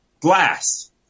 Glass